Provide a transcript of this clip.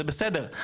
זה בסדר,